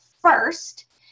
first